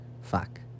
Fuck